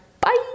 Bye